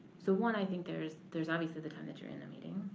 so, one, i think there's there's obviously the time that you're in the meeting,